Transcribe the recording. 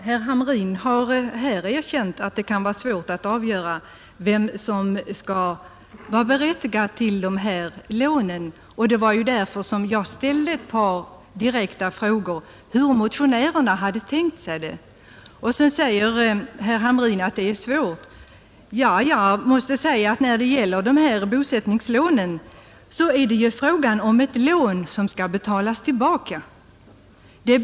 Herr talman! Jag tror inte man skall bortse från svårigheten att avgöra vem som skall vara berättigad till bosättningslån för ensamstående handikappade, och det var av den anledningen som jag ställde ett par direkta frågor om hur motionärerna hade tänkt lösa frågan. Vi måste komma ihåg att bosättningslån är lån som skall betalas tillbaka.